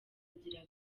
agira